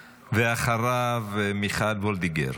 ואחריו, מיכל וולדיגר,